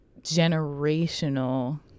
generational